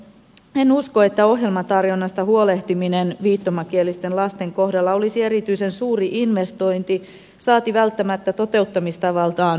en usko että ohjelmatarjonnasta huolehtiminen viittomakielisten lasten kohdalla olisi erityisen suuri investointi saati välttämättä toteuttamistavaltaan hankala